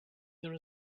there